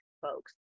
folks